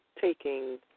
taking